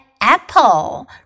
apple